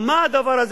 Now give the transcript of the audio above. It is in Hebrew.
ומה הדבר הזה,